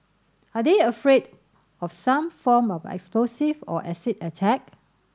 are they afraid of some form of explosive or acid attack